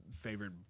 favorite